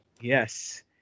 Yes